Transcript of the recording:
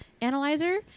analyzer